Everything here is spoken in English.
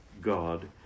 God